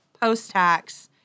post-tax